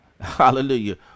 Hallelujah